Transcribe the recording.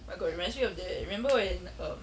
oh my god reminds me of the remember when um